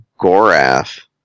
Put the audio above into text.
Gorath